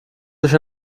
durch